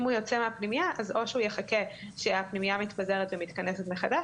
אם הוא יוצא מהפנימייה אז או שהוא יחכה שהפנימייה מתפזרת ומתכנסת מחדש,